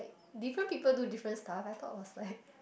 different people do different stuff I thought it was like